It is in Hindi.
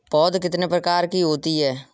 पौध कितने प्रकार की होती हैं?